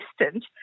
assistant